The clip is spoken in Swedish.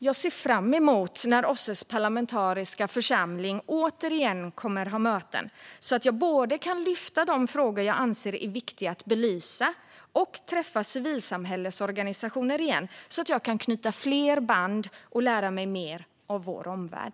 Jag ser fram emot när OSSE:s parlamentariska församling återigen kommer att ha möten, så att jag både kan lyfta de frågor jag anser är viktiga att belysa och träffa civilsamhällesorganisationer för att knyta fler band och lära mig mer om vår omvärld.